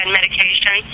medication